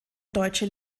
deutsche